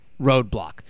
roadblock